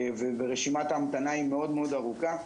ורשימת ההמתנה היא מאוד ארוכה.